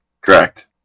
Correct